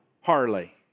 Harley